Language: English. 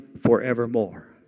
forevermore